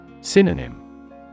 Synonym